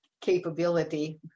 capability